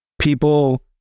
people